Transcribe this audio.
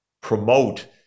promote